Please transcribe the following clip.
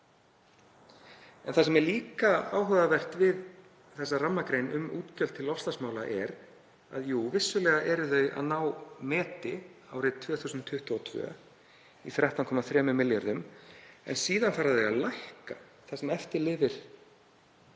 Það sem er líka áhugavert við þessa rammagrein um útgjöld til loftslagsmála er að vissulega eru þau að ná meti árið 2022 í 13,3 milljörðum en síðan fara þau að lækka það sem eftir lifir